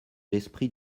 l’esprit